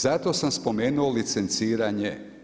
Zato sam spomenuo licenciranje.